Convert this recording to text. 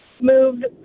moved